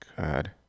god